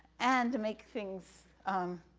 and to make things, um,